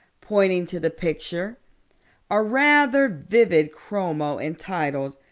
pointing to the picture a rather vivid chromo entitled,